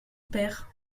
père